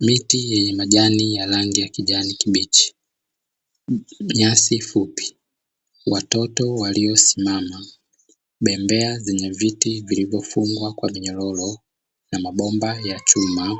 Miti yenye majani ya rangi ya kijani kibichi, nyasi fupi, watoto waliosimama, bembea zenye viti vilivyofungwa kwa minyororo na mabomba ya chuma,